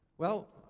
well,